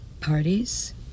Parties